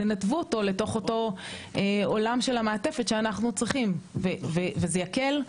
תנתבו אותו לתוך עולם המערכת שאנחנו צריכים וזה יקל,